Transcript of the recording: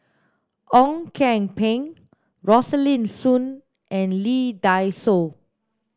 Ong Kian Peng Rosaline Soon and Lee Dai Soh